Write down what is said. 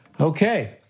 Okay